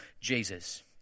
Jesus